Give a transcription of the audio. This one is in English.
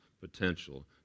potential